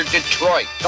Detroit